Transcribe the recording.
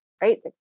right